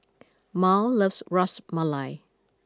Mal loves Ras Malai